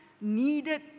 needed